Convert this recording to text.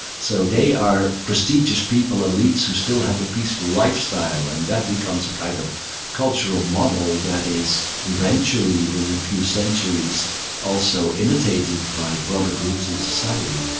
so they are prestigious people, elites, who still have a peaceful lifestyle and that becomes a kind of cultural model that is eventually within a few centuries also imitated by broader groups in society.